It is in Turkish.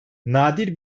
nadir